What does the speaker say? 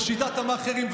בשיטת המאכערים,